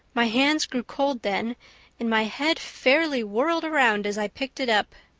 my hands grew cold then and my head fairly whirled around as i picked it up.